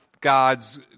God's